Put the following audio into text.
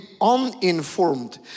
uninformed